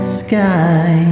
sky